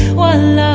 one